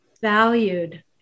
valued